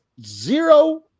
zero